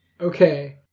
Okay